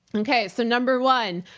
okay, so number one,